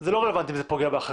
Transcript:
זה לא רלוונטי אם זה פוגע באחרים.